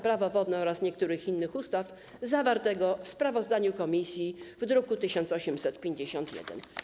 Prawo wodne oraz niektórych innych ustaw zawartego w sprawozdaniu komisji z druku nr 1851.